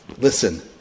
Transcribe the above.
Listen